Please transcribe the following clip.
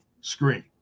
screen